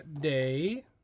day